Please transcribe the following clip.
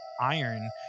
iron